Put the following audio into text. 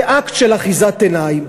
כאקט של אחיזת עיניים,